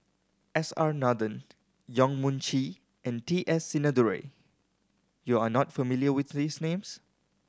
S R Nathan Yong Mun Chee and T S Sinnathuray you are not familiar with these names